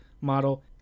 model